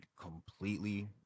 completely